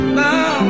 now